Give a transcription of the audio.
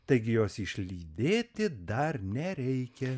taigi jos išlydėti dar nereikia